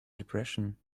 depression